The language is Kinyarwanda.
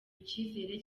icyizere